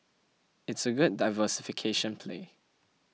it's a good diversification play